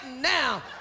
now